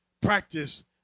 Practice